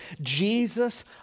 Jesus